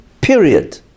Period